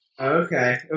Okay